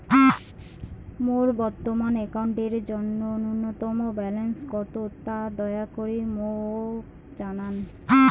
মোর বর্তমান অ্যাকাউন্টের জন্য ন্যূনতম ব্যালেন্স কত তা দয়া করি মোক জানান